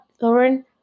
Lauren